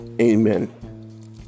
Amen